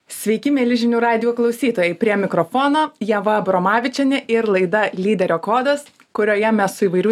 sveiki mieli žinių radijo klausytojai prie mikrofono ieva abromavičienė ir laida lyderio kodas kurioje mes su įvairių